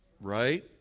Right